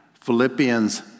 Philippians